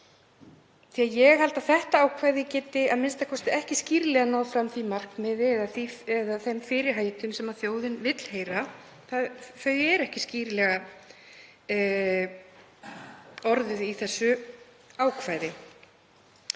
að ég held að þetta ákvæði geti a.m.k. ekki skýrlega náð fram því markmiði eða þeim fyrirheitum sem þjóðin vill heyra. Þau eru ekki skýrlega orðuð í þessu ákvæði.